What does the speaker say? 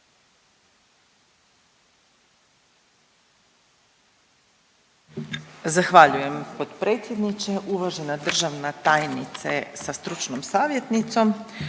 Zahvaljujem potpredsjedniče. Uvažena državna tajnice sa stručnom savjetnicom,